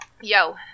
Yo